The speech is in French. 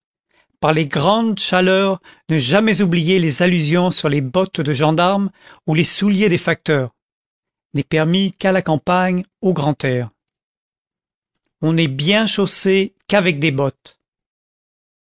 par les grandes chaleurs ne jamais oublier les allusions sur les bottes de gendarmes ou les souliers des facteurs n'est permis qu'à la campagne au grand air on n'est bien chaussé qu'avec des bottes